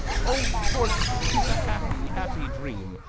o tortoise, tis a happy, happy dream,